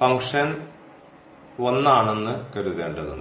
function 1 ആണെന്ന് കരുതേണ്ടതാണ്